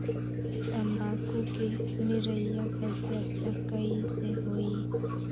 तम्बाकू के निरैया सबसे अच्छा कई से होई?